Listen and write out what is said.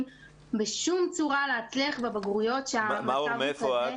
בשום צורה להצליח בבגרויות במצב כזה.